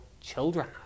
children